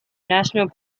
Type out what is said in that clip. national